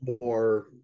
more